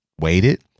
waited